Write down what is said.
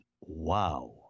wow